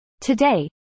Today